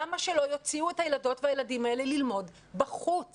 ולמה שלא יוציאו את הילדות והילדים האלה ללמוד בחוץ?